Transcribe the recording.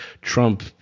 Trump